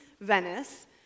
Venice